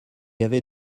avait